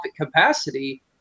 capacity